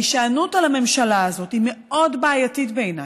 ההישענות על הממשלה הזאת היא מאוד בעייתית בעיניי,